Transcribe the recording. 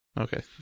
Okay